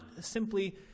simply